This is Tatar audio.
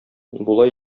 була